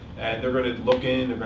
and they're going to look in.